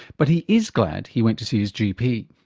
but he is glad he went to see his gp.